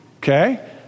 okay